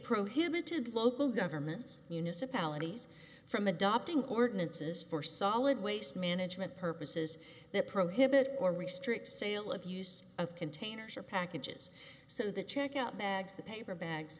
prohibited local governments municipalities from adopting ordinances for solid waste management purposes that prohibit or restrict sale of use of containers or packages so the checkout bags the paper bags